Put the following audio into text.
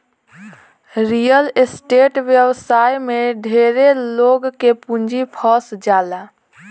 real estate व्यवसाय में ढेरे लोग के पूंजी फंस जाला